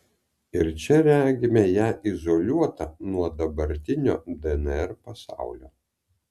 ir čia regime ją izoliuotą nuo dabartinio dnr pasaulio